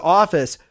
office